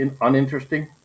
uninteresting